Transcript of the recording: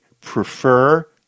prefer